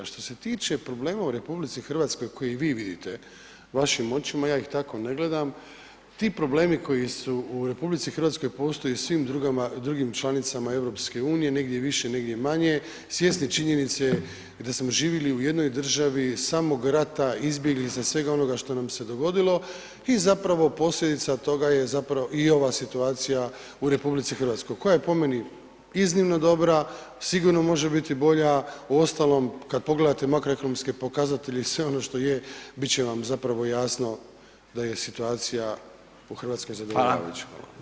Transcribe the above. Što se tiče problema u RH koji vi vidite vašim očima, ja ih tako ne gledam, ti problemi koji su u RH, postoje i u svim drugim članicama EU-a, negdje više, negdje manje, svjesni činjenice da smo živjeli u jednoj državi samog rata, izbjeglica, svega onoga što nam se dogodilo i zapravo posljedica toga je zapravo i ova situacija u RH koja je po meni iznimno dobra, sigurno može biti bolja, uostalom kad pogledate makroekonomske i sve ono što je, bit će vam zapravo jasno da je situacija u Hrvatskoj zadovoljavajuća.